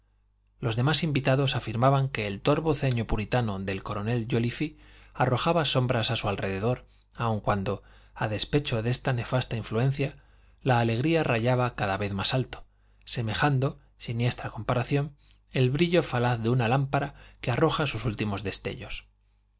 los demás invitados afirmaban que el torvo ceño puritano del coronel jóliffe arrojaba sombras a su alrededor aun cuando a despecho de esta nefasta influencia la alegría rayaba cada vez más alto semejando siniestra comparación el brillo falaz de una lámpara que arroja sus últimos destellos